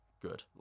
good